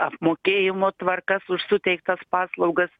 apmokėjimo tvarkas už suteiktas paslaugas